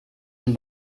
and